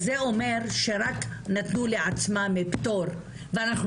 אז זה אומר שרק נתנו לעצמם פטור ואנחנו